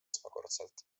esmakordselt